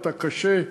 את הקשה,